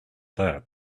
that